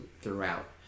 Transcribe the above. throughout